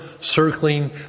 circling